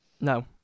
No